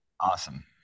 Awesome